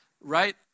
Right